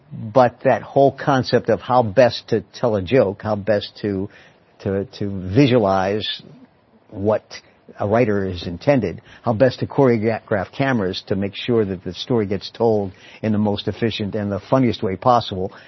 but that whole concept of how best to tell a joke, how best to to ah visualize what a writer is intended, how best to choreograph cameras to make sure that the story gets told in the most efficient and the funniest way possible,